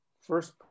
First